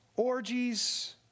orgies